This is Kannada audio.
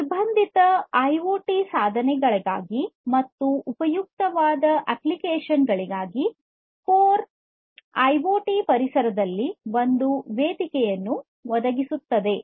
ನಿರ್ಬಂಧಿತ ಐಒಟಿ ಸಾಧನಗಳಿಗಾಗಿ ಮತ್ತು ಉಪಯುಕ್ತವಾದ ಅಪ್ಲಿಕೇಶನ್ ಗಳಿಗೆ ಕೊರ್ ಒಂದು ವೇದಿಕೆಯನ್ನು ಒದಗಿಸುತ್ತದೆ